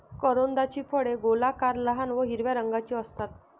करोंदाची फळे गोलाकार, लहान व हिरव्या रंगाची असतात